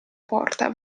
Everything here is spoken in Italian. porta